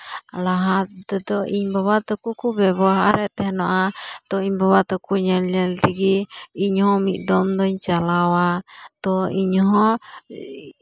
ᱞᱟᱦᱟ ᱛᱮᱫᱚ ᱤᱧ ᱵᱟᱵᱟ ᱛᱟᱠᱚ ᱠᱚ ᱵᱮᱵᱚᱦᱟᱨᱮᱫ ᱮᱦᱮᱱᱚᱜᱼᱟ ᱛᱚ ᱤᱧ ᱵᱟᱵᱟ ᱛᱮᱠᱚ ᱧᱮᱞ ᱧᱮᱞ ᱛᱮᱜᱮ ᱤᱧ ᱦᱚᱸ ᱢᱤᱫ ᱫᱚᱢ ᱫᱚᱧ ᱪᱟᱞᱟᱣᱟ ᱛᱚ ᱤᱧ ᱦᱚᱸ